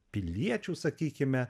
piliečių sakykime